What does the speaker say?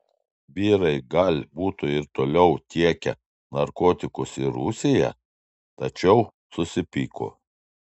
vyrai gal būtų ir toliau tiekę narkotikus į rusiją tačiau susipyko